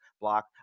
block